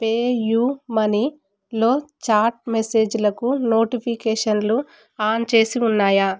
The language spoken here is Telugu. పే యూ మనీలో చాట్ మెసేజ్లకు నోటిఫికేషన్లు ఆన్ చేసి ఉన్నాయా